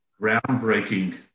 groundbreaking